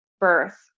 Birth